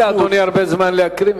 אין לאדוני הרבה זמן להקריא,